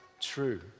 true